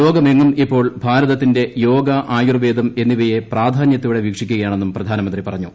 ലോകമെങ്ങും ഇപ്പോൾ ഭാര്തത്തിന്റെ യോഗ ആയുർവേദം എന്നിവയെ പ്രധാന്യത്തോടെ വീക്ഷിക്കുകയാണെന്നും പ്രധാനമന്ത്രി പറഞ്ഞു